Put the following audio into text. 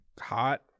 hot